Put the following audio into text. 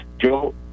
Joe